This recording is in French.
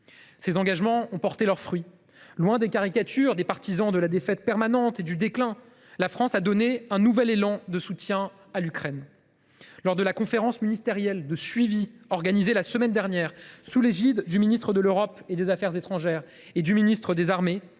Ces engagements ont porté leurs fruits. Loin des caricatures des partisans de la défaite permanente et du déclin, la France a donné un élan nouveau au soutien à l’Ukraine. Lors de la conférence ministérielle de suivi organisée la semaine dernière sous l’égide du ministre de l’Europe et des affaires étrangères et du ministre des armées,